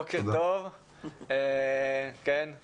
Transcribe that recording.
בוקר טוב, אנחנו